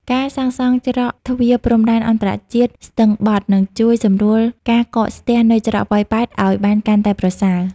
ការសាងសង់ច្រកទ្វារព្រំដែនអន្តរជាតិស្ទឹងបត់ នឹងជួយសម្រួលការកកស្ទះនៅច្រកប៉ោយប៉ែតឱ្យបានកាន់តែប្រសើរ។